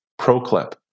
Proclip